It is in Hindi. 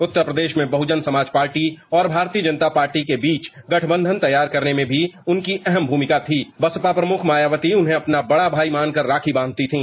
उत्तर प्रदेश में बहुजन समाज पार्टी और भारतीय जनता पार्टी के बीच गठंबंधन तैयार करने में भी उनकी अहम भूमिका थी बसपा प्रमुख मायावती उन्हें अपना बड़ा भाई मानकर राखी बांधती थी